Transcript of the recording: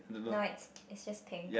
no it's it's just pink